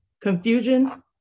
confusion